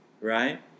right